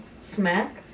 Smack